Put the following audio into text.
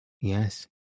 Yes